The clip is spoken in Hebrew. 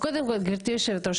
גברתי יושבת הראש,